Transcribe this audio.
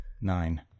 Nine